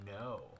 No